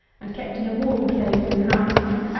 and kept in a warm place in the night-time,